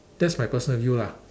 that's my personal view lah